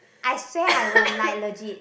I say I will like legit